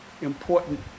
important